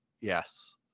Yes